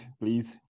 please